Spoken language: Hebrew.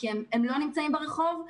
כי הם לא נמצאים ברחוב,